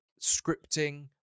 scripting